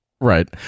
Right